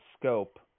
scope